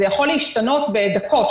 זה יכול להשתנות בדקות.